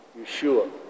Yeshua